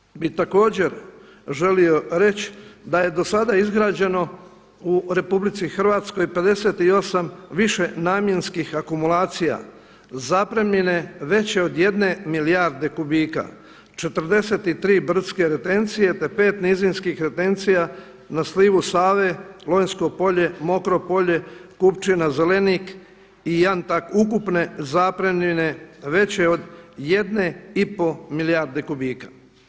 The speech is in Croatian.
Ono što bi također želio reći da je do sada izgrađeno u Republici Hrvatskoj 58 višenamjenskih akumulacija zapremnine veće od jedne milijarde kubika, 43 brdske retencije te 5 nizinskih retencija na slivu Save, Lonjsko polje, Mokro polje, Kupčina, Zelenik i Jantak ukupne zapremnine veće od jedne i pol milijarde kubika.